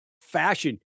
fashion